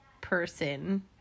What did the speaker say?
person